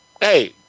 hey